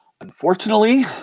Unfortunately